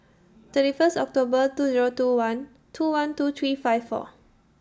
thirty First October two Zero two one two one two three five four